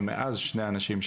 ומאז שני אנשים,